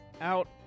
out